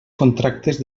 contractes